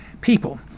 people